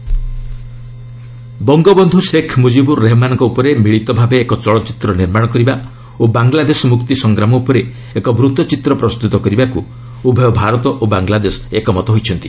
ରିଭ୍ ଇଣ୍ଡିଆ ବାଙ୍ଗଲାଦେଶ ବଙ୍ଗବନ୍ଧୁ ଶେଖ୍ ମୁଜିବୂର୍ ରେହେମାନଙ୍କ ଉପରେ ମିଳିତ ଭାବେ ଏକ ଚଳଚ୍ଚିତ୍ର ନିର୍ମାଣ କରିବା ଓ ବାଙ୍ଗଲାଦେଶ ମୁକ୍ତି ସଂଗ୍ରାମ ଉପରେ ଏକ ବୃତ୍ତ ଚିତ୍ର ପ୍ରସ୍ତୁତ କରିବାକୁ ଉଭୟ ଭାରତ ଓ ବାଙ୍ଗଲାଦେଶ ଏକମତ ହୋଇଛନ୍ତି